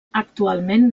actualment